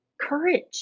courage